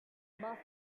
musty